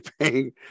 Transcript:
paying